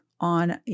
on